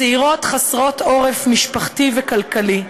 צעירות חסרות עורף משפחתי וכלכלי,